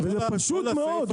זה פשוט מאוד.